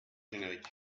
génériques